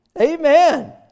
Amen